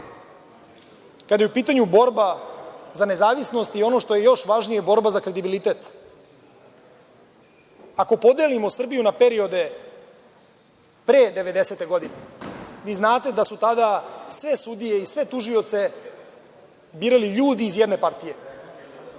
kada je u pitanju borba za nezavisnost i ono što je još važnije borba za kredibilitet. Ako podelimo Srbiju na periode pre devedesete godine vi znate da su svi sudije i svi tužioci birali ljudi iz jedne partije.